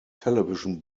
television